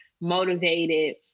motivated